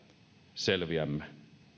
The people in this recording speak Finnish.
selviämme